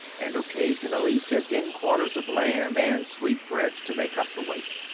and occasionally sent in quarters of lamb and sweetbreads to make up the weight.